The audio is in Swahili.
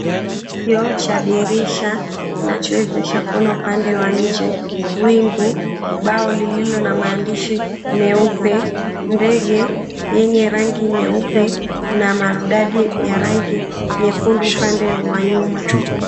Kioo cha dirisha kinachowezesha kuona upande wa nje, wingu, bao lililo na maandishi meupe, ndege yenye rangi nyeupe na maridadi ya nyekundu upande wa nyuma.